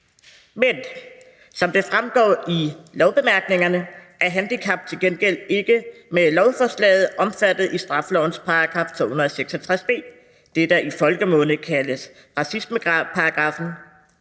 Men som det fremgår af lovbemærkningerne, er handicap til gengæld ikke med lovforslaget omfattet i straffelovens § 266 b – den, der i folkemunde kaldes racismeparagraffen